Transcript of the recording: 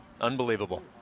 Unbelievable